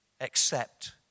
accept